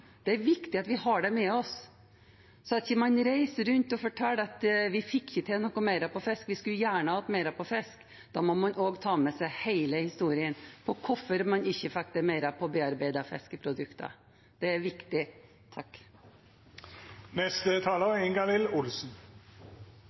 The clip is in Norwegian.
Det er viktig at vi har det med oss. Så når man reiser rundt og forteller at vi ikke fikk til mer på fisk – vi skulle gjerne hatt mer på fisk – må man også ta med seg hele historien om hvorfor man ikke fikk til mer på bearbeidede fiskeprodukter. Det er viktig.